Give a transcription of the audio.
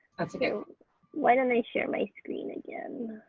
you know why don't i share my screen again.